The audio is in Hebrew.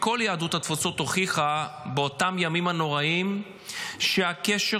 כל יהדות התפוצות הוכיחה באותם ימים נוראים שהקשר